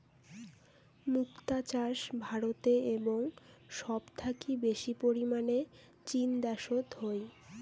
মুক্তা চাষ ভারতে এবং সব থাকি বেশি পরিমানে চীন দ্যাশোত হই